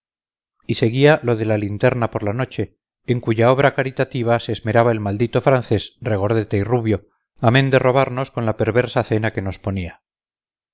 y seguía lo de la linterna por la noche en cuya obra caritativa se esmeraba el maldito francés regordete y rubio amén de robarnos con la perversa cena que nos ponía